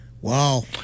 Wow